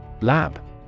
Lab